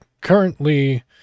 currently